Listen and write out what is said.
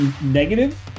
negative